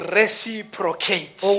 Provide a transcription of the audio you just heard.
reciprocate